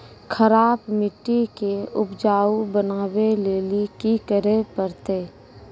खराब मिट्टी के उपजाऊ बनावे लेली की करे परतै?